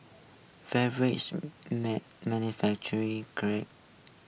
beverage manufacturer great